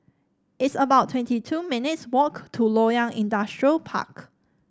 it's about twenty two minutes' walk to Loyang Industrial Park